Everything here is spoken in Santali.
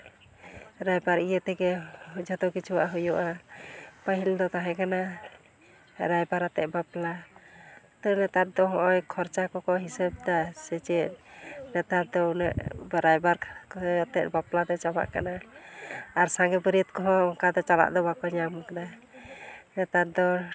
ᱨᱟᱭᱵᱟᱨ ᱤᱭᱟᱹ ᱛᱮᱜᱮ ᱡᱷᱚᱛᱚ ᱠᱤᱪᱷᱩᱣᱟᱜ ᱦᱩᱭᱩᱜᱼᱟ ᱯᱟᱹᱦᱤᱞ ᱫᱚ ᱛᱟᱦᱮᱸᱠᱟᱱᱟ ᱨᱟᱭᱵᱟᱨᱟᱛᱮᱫ ᱵᱟᱯᱞᱟ ᱛᱚ ᱱᱮᱛᱟᱨ ᱫᱚ ᱦᱚᱸᱜᱼᱚᱭ ᱠᱷᱚᱨᱪᱟ ᱠᱚᱠᱚ ᱦᱤᱥᱟᱹᱵᱽᱫᱟ ᱥᱮ ᱪᱮᱫ ᱱᱮᱛᱟᱨ ᱫᱚ ᱩᱱᱟᱹᱜ ᱨᱟᱭᱵᱟᱨ ᱠᱚ ᱟᱛᱮ ᱵᱟᱯᱞᱟ ᱫᱚ ᱪᱟᱵᱟᱜ ᱠᱟᱱᱟ ᱟᱨ ᱥᱟᱸᱜᱮ ᱵᱟᱹᱨᱭᱟᱹᱛ ᱠᱚᱦᱚᱸ ᱚᱱᱠᱟᱛᱮ ᱪᱟᱞᱟᱜ ᱫᱚ ᱵᱟᱠᱚ ᱧᱟᱢ ᱠᱟᱱᱟ ᱱᱮᱛᱟᱨ ᱫᱚ